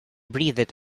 breathed